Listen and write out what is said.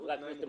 חברי הכנסת,